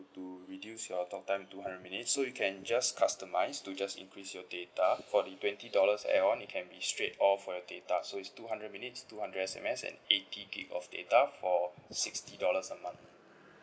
to reduce your talk time to two hundred minutes so you can just customize to just increase your data for the twenty dollars add on it can be straight all for your data so it's two hundred minutes two hundred S_M_S and eighty gig of data for sixty dollars a month